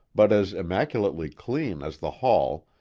but as immaculately clean as the hall,